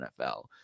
NFL